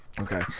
Okay